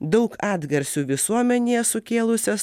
daug atgarsių visuomenėje sukėlusias